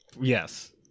Yes